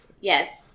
Yes